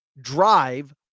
drive